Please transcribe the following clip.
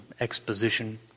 exposition